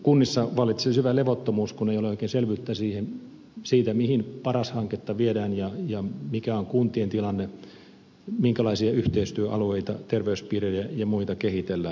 kunnissa vallitsee syvä levottomuus kun ei ole oikein selvyyttä siitä mihin paras hanketta viedään ja mikä on kuntien tilanne minkälaisia yhteistyöalueita terveyspiirejä ja muita kehitellään